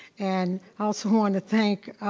and i also want to thank